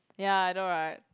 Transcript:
ya I know right